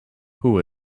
who